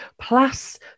plus